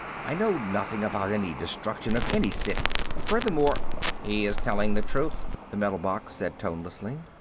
i know nothing about any destruction of any city. and furthermore he is telling the truth, the metal box said tonelessly.